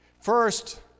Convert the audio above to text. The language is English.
First